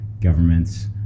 governments